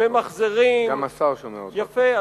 יפה.